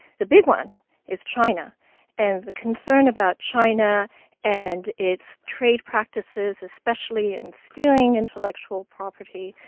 the big one is china and the concern about china and its trade practices, especially in stealing intellectual property.